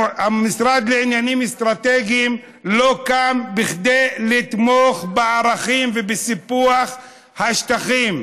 המשרד לעניינים אסטרטגיים לא קם כדי לתמוך בערכים ובסיפוח השטחים.